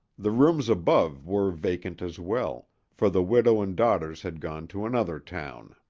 the rooms above were vacant as well, for the widow and daughters had gone to another town.